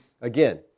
again